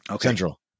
Central